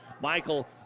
Michael